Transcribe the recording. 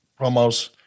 promos